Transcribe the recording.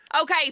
Okay